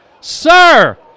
Sir